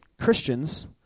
Christians